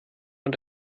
und